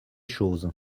choses